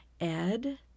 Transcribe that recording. Ed